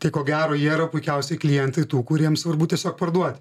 tai ko gero jie yra puikiausi klientai tų kuriems svarbu tiesiog parduoti